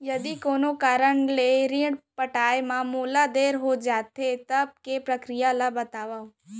यदि कोनो कारन ले ऋण पटाय मा मोला देर हो जाथे, तब के प्रक्रिया ला बतावव